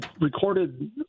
recorded